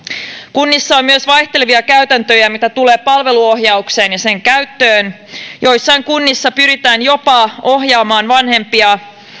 kunnissa on myös vaihtelevia käytäntöjä mitä tulee palveluohjaukseen ja sen käyttöön joissain kunnissa pyritään jopa ohjaamaan vanhempia